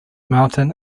mountain